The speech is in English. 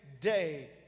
day